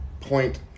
point